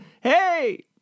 Hey